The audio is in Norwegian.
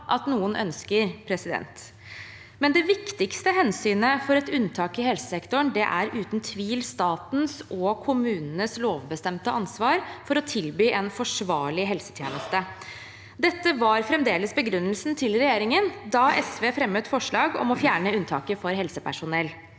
at noen ønsker. Men det viktigste hensynet for et unntak i helsesektoren er uten tvil statens og kommunenes lovbestemte ansvar for å tilby en forsvarlig helsetjeneste. Dette var fremdeles begrunnelsen til regjeringen da SV fremmet forslag om å fjerne unntaket for helsepersonell.